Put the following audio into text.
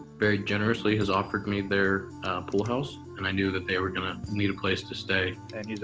very generously, has offered me their pool house. and i knew that they were going to need a place to stay. and he's